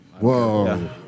whoa